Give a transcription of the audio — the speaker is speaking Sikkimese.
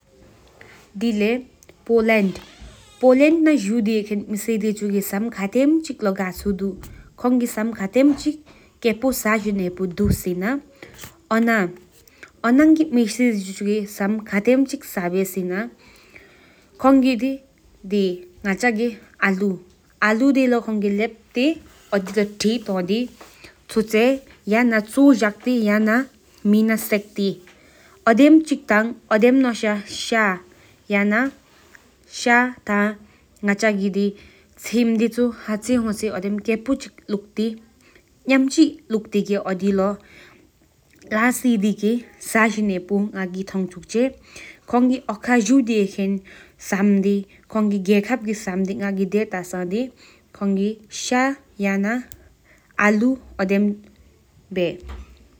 ཕོ་ལནཌ་པོ་ལནཌ་ན་ཇུསཏ་དེ་ཧེཀེན་མེ་དེ་ཅུ་གི་སམ་ཁ་ཏེམ་ཅི་ཁེཔོ་ས་ཇིན་ཧེཔོ་དུ་སེནཱ་ཁོང་གི་ཨལོོ་དེ་ལོ་གཅུ་ཏི་ཡ་ནེ་མེ་ན་སཀཏི་དེ་ལེ་ཤ་ཡ་ལོ་ཡ་མེ་ན་སེཀཏི་ཤ་ཡ་ཅུ་ཕ་ཡ་ཏི་ས་བོ་ང་གི་ཐོང་ཅུ་ཅེ། དེ་ལེ་ཅིམ་ན་ཤ་ཡ་ལོ་ལ་ཅི་དེ་ལུཀི་ས་ཇིན་ཧེཔོ་ང་གི་ཐོང་ཅུ་ཅེ། ཨོ་ཁཱི་མེ་དེཕུ་ཀི་སམ་དེམ་ལོ་ཁེཔོ་ཅི་ག་ཅོ་ཀྱི་ཧེཔོ་ཐ་ས་ཇི་ན་ཧེཔོ་ང་གི་ཐོང་ཅུ་པོ་ཨིན་པསླ་ཨིན།